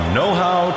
Know-How